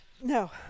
No